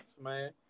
man